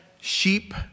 sheep